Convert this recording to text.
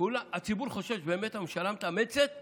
הציבור חושב שבאמת הממשלה מתאמצת לפתור,